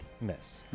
Miss